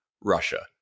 Russia